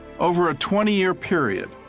over a twenty years period,